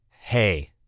hey